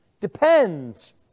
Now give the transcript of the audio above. depends